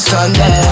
Sunday